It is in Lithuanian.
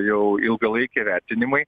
jau ilgalaikiai vertinimai